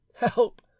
Help